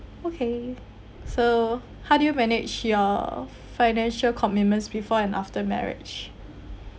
okay so how do you manage your financial commitments before and after marriage